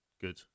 good